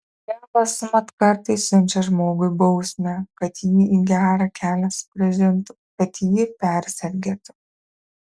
dievas mat kartais siunčia žmogui bausmę kad jį į gerą kelią sugrąžintų kad jį persergėtų